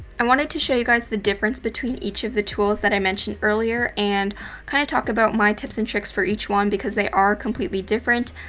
i wanted to show you guys the difference between each of the tools that i mentioned earlier, and kinda talk about my tips and tricks for each one because they are completely different.